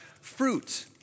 fruit